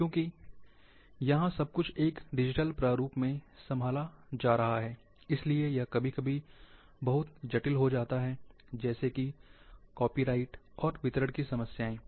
क्योंकि यहां सब कुछ एक डिजिटल प्रारूप में संभाला जा रहा है इसलिए यह कभी कभी बहुत जटिल हो जाता है जैसे कि कॉपीराइट और वितरण की समस्याएं